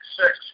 six